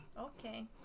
okay